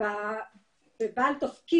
ראש תחום חוסן חברתי ברח"ל, רשות חירום לאומית.